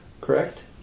correct